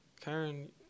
Karen